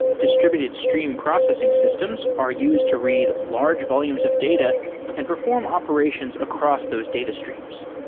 distributed stream processing systems are used to read large volumes of data and perform operations across those data streams.